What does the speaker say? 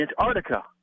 Antarctica